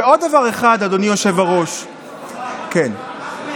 ועוד דבר אחד, אדוני היושב-ראש, יוראי, אני